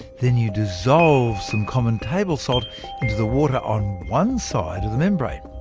then you dissolve some common table salt into the water on one side of the membrane.